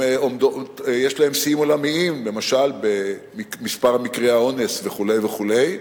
ויש להן שיאים עולמיים למשל במספר מקרי האונס וכו' וכו',